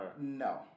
No